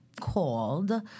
called